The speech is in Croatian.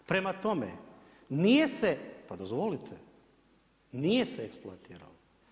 Prema tome, nije se, pa dozvolite, nije se eksploatiralo.